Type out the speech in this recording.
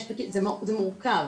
זה מורכב.